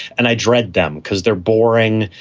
and i dread them because they're boring.